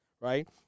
right